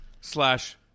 slash